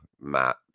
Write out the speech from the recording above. Map